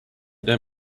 their